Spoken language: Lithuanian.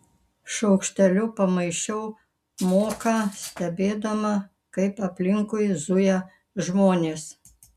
šaukšteliu pamaišiau moką stebėdama kaip aplinkui zuja žmonės